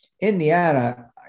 Indiana